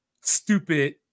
stupid